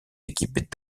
équipes